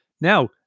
Now